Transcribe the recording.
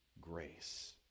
grace